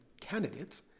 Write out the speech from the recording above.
candidates